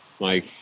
Mike